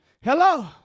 Hello